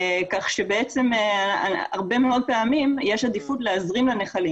כך שבעצם הרבה מאוד פעמים יש עדיפות להזרים לנחלים.